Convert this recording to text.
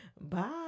bye